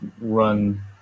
run